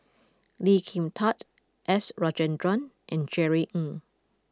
Lee Kin Tat S Rajendran and Jerry Ng